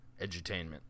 edutainment